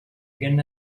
gun